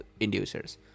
inducers